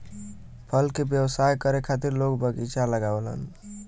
फल के व्यवसाय करे खातिर लोग बगीचा लगावलन